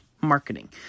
marketing